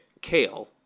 Kale